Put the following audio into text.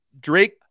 Drake